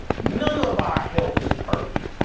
none of our health is perfect